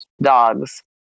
dogs